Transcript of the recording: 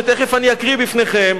שתיכף אקריא בפניכם,